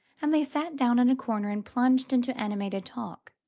and they sat down in a corner and plunged into animated talk.